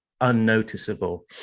unnoticeable